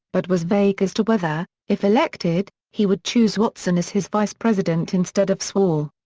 but was vague as to whether, if elected, he would choose watson as his vice-president instead of sewall.